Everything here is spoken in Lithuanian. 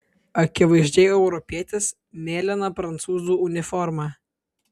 akivaizdžiai europietis mėlyna prancūzų uniforma